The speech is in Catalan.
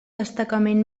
destacament